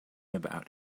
about